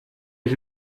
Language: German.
ich